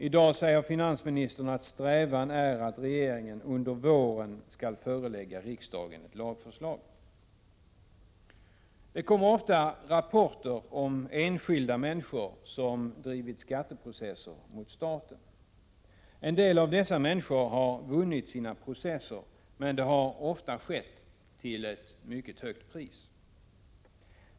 I dag säger finansministern: ”Strävan är att regeringen under våren skall kunna förelägga riksdagen ett lagförslag ——=.” Det kommer ofta rapporter om enskilda människor som drivit skatteprocesser mot staten. En del av dessa människor har vunnit sina processer, men det har ofta skett till ett mycket högt pris.